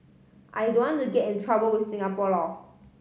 I don't to get in trouble with Singapore law